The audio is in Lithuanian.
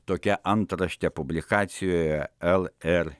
tokia antraštė publikacijoje lr